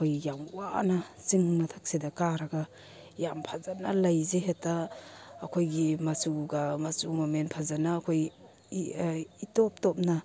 ꯑꯩꯈꯣꯏ ꯌꯥꯝ ꯋꯥꯅ ꯆꯤꯡ ꯃꯊꯛꯁꯤꯗ ꯀꯥꯔꯒ ꯌꯥꯝ ꯐꯖꯅ ꯂꯩꯁꯦ ꯍꯦꯛꯇ ꯑꯩꯈꯣꯏꯒꯤ ꯃꯆꯨꯒ ꯃꯆꯨ ꯃꯃꯦꯟ ꯐꯖꯅ ꯑꯩꯈꯣꯏ ꯏꯇꯣꯞ ꯇꯣꯞꯅ